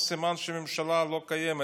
אז סימן שהממשלה לא קיימת,